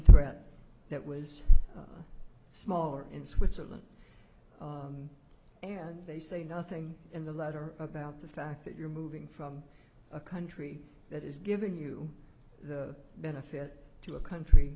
thread that was smaller in switzerland and they say nothing in the letter about the fact that you're moving from a country that is giving you the benefit to a country